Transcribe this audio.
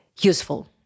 useful